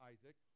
Isaac